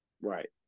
Right